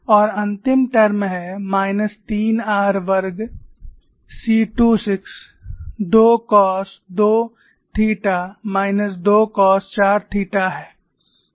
और अंतिम टर्म है माइनस 3 r वर्ग c26 2 cos 2 theta minus 2 cos 4 theta है